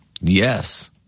Yes